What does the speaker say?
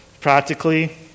Practically